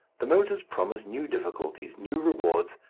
the motors promise new difficulties, new rewards,